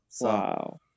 Wow